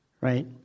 right